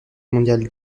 mondial